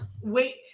wait